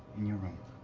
in your room.